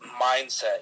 mindset